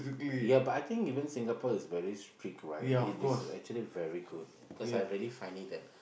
ya but I think even Singapore is very strict right it it is actually very good because I really find it that